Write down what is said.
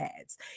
ads